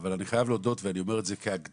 אבל אני חייב להודות ואני אומר את זה כהקדמה,